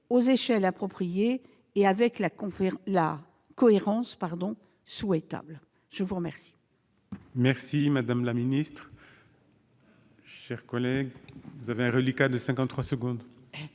aux échelles appropriées et avec la cohérence souhaitable. La parole